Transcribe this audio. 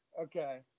Okay